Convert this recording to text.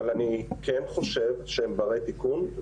אני כן חושב שהם בני תיקון,